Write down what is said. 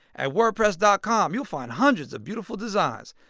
at wordpress dot com, you'll find hundreds of beautiful designs,